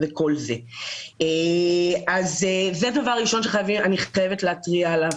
זה דבר ראשון שאני חייבת להתריע עליו